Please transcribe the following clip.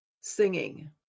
singing